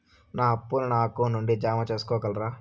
నా అప్పును నా అకౌంట్ నుండి జామ సేసుకోగలరా?